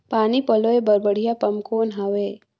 पानी पलोय बर बढ़िया पम्प कौन हवय?